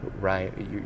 right